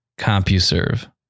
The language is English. CompuServe